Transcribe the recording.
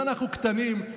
אנחנו קטנים.